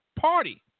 party